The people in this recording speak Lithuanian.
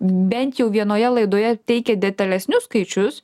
bent jau vienoje laidoje teikė detalesnius skaičius